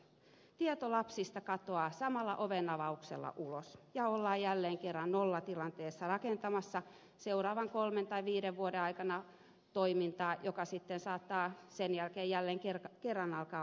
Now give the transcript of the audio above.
tieto lapsista katoaa samalla ovenavauksella ulos ja ollaan jälleen kerran nollatilanteessa rakentamassa seuraavan kolmen tai viiden vuoden aikana toimintaa joka sitten saattaa sen jälkeen jälleen kerran alkaa uudestaan